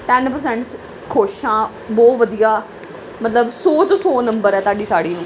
ten percent ਖੁਸ਼ ਹਾਂ ਬਹੁਤ ਵਧੀਆ ਮਤਲਬ ਸੌ 'ਚੋਂ ਸੌ ਨੰਬਰ ਹੈ ਤੁਹਾਡੀ ਸਾੜੀ ਨੂੰ